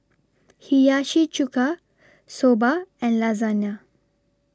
Hiyashi Chuka Soba and Lasagna